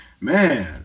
Man